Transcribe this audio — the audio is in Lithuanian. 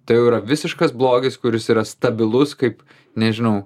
tai jau yra visiškas blogis kuris yra stabilus kaip nežinau